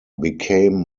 became